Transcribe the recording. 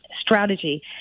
strategy